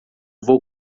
vou